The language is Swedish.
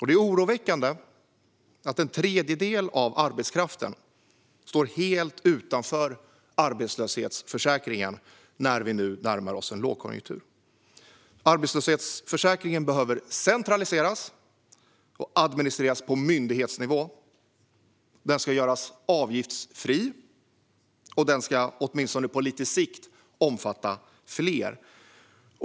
Det är oroväckande att en tredjedel av arbetskraften står helt utanför arbetslöshetsförsäkringen när vi nu närmar oss en lågkonjunktur. Arbetslöshetsförsäkringen behöver centraliseras och administreras på myndighetsnivå. Den ska göras avgiftsfri, och den ska åtminstone på sikt omfatta fler.